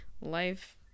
life